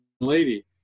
lady